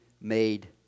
made